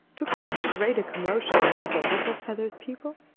to cause so great a commotion among the little feathered people?